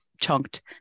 chunked